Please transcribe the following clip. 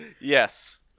Yes